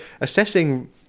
assessing